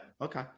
okay